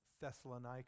Thessalonica